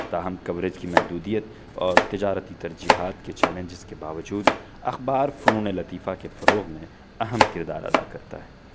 تاہم کوریج کی محدودیت اور تجارتی ترجیحات کے چیلنجز کے باوجود اخبار فنون لطیفہ کے فروغ میں اہم کردار ادا کرتا ہے